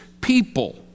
people